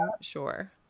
sure